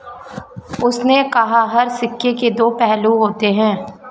उसने कहा हर सिक्के के दो पहलू होते हैं